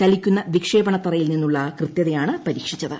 ചലിക്കുന്ന വിക്ഷേപണത്തറയിൽ നിന്നുള്ള കൃത്യതയാണ് പരീക്ഷിച്ചത്